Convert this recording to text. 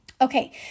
Okay